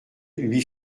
lui